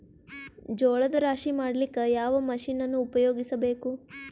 ಜೋಳದ ರಾಶಿ ಮಾಡ್ಲಿಕ್ಕ ಯಾವ ಮಷೀನನ್ನು ಉಪಯೋಗಿಸಬೇಕು?